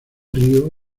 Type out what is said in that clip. río